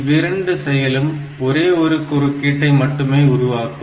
இவ்விரண்டும் செயலும் ஒரே ஒரு குறுக்கீடை மட்டுமே உருவாக்கும்